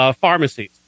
pharmacies